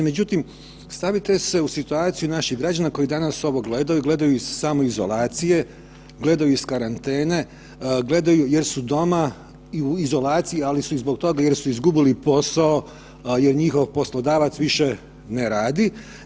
Međutim, stavite se u situaciju naših građana koji danas ovo gledaju, gledaju iz samoizolacije, gledaju iz karantene, gledaju jer su doma i u izolaciji, ali su i zbog toga jer su izgubili posao jer njihov poslodavac više ne radi.